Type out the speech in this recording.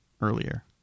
earlier